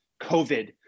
COVID